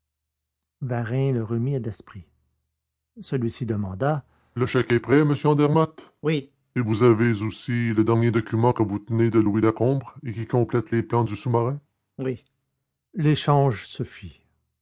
varin le remit à daspry celui-ci demanda le chèque est prêt monsieur andermatt oui et vous avez aussi le dernier document que vous tenez de louis lacombe et qui complète les plans du sous-marin oui l'échange